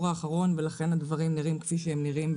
האחרון ולכן הדברים נראים כפי שהם נראים.